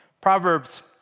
Proverbs